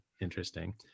interesting